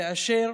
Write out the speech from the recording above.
כאשר